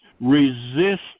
resist